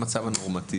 זהו המצב הנורמטיבי.